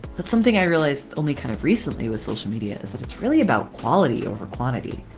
but something i realized only kind of recently with social media is that it's really about quality over quantity.